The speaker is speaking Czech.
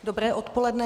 Dobré odpoledne.